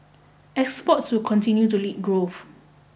exports will continue to lead growth